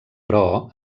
però